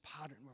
pattern